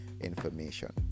information